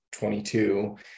22